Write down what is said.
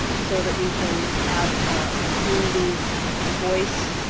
so that we can have a community voice